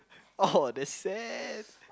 oh that's sad